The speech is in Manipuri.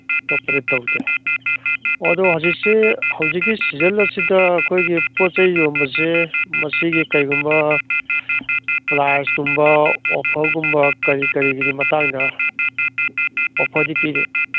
ꯑꯇꯣꯞꯄꯗꯤ ꯇꯧꯗꯦ ꯑꯣ ꯍꯧꯖꯤꯛꯁꯤ ꯍꯧꯖꯤꯛꯀꯤ ꯁꯤꯖꯟꯁꯤꯗ ꯑꯩꯈꯣꯏꯒꯤ ꯄꯣꯠ ꯆꯩ ꯌꯣꯟꯕꯁꯦ ꯃꯁꯤꯒꯤ ꯀꯩꯒꯨꯝꯕ ꯄ꯭ꯔꯥꯏꯁꯀꯨꯝꯕ ꯑꯣꯐꯔꯒꯨꯝꯕ ꯀꯔꯤ ꯀꯔꯤꯒꯤꯗꯤ ꯃꯇꯥꯡꯗ ꯑꯣꯐꯔꯗꯤ ꯄꯤꯔꯤ